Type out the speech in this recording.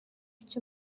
icyo